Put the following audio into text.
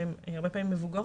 שהן הרבה פעמים מבוגרות,